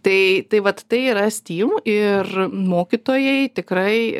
tai tai vat tai yra steam ir mokytojai tikrai